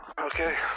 Okay